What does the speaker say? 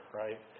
right